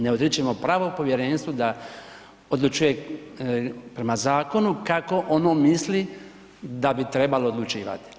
Ne odričemo pravo Povjerenstvu da odlučuje prema zakonu kako ono misli da bi trebalo odlučivati.